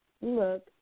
Look